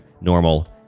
normal